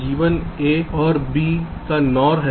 G1 a और b का NOR है